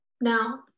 Now